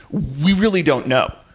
we really don't know.